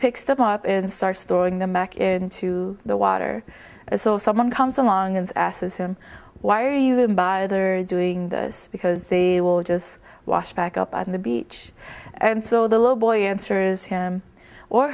picks them up and starts throwing them back into the water as or someone comes along and asses her why are you even bother doing this because they were just washed back up on the beach and so the little boy answers him or